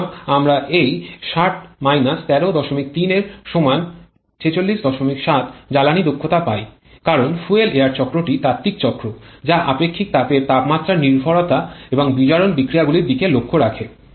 সুতরাং আমরা এই ৬০ ১৩৩ এর সমান ৪৬৭ জ্বালানী দক্ষতা পাই কারণ ফুয়েল এয়ার চক্রটি তাত্ত্বিক চক্র যা আপেক্ষিক তাপের তাপমাত্রা নির্ভরতা এবং বিয়োজন বিক্রিয়া গুলির দিকে লক্ষ্য রাখে